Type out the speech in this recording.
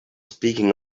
speaking